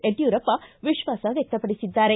ಯಡ್ಕೂರಪ್ಪ ವಿಶ್ವಾಸ ವ್ಯಕ್ತಪಡಿಸಿದ್ದಾರೆ